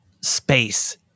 space